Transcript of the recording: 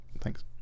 Thanks